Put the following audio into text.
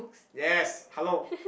yes hello